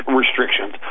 restrictions